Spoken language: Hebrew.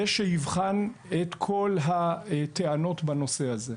ושהוא ייבחן את כל הטענות בנושא הזה.